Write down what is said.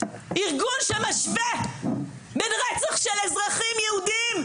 ארגון שמשווה בין רצח של אזרחים יהודים,